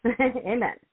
Amen